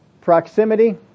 Proximity